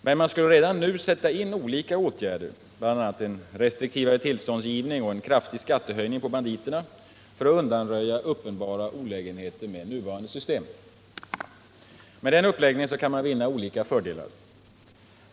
Men man skulle redan nu sätta in olika åtgärder, bl.a. en restriktivare tillståndsgivning och en kraftig skattehöjning på banditerna, för att undanröja uppenbara olägenheter med nuvarande system. Genom den uppläggningen kan man vinna olika fördelar.